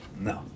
No